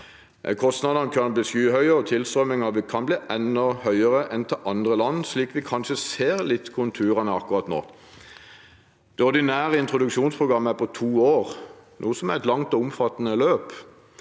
Kostnadene kan bli skyhøye, og tilstrømmingen kan bli enda høyere enn til andre land, slik vi kanskje ser litt konturene av akkurat nå. Det ordinære introduksjonsprogrammet er på to år, noe som er et langt og omfattende løp.